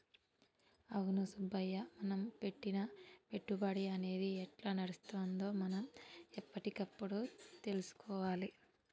అవును సుబ్బయ్య మనం పెట్టిన పెట్టుబడి అనేది ఎట్లా నడుస్తుందో మనం ఎప్పటికప్పుడు తెలుసుకోవాలి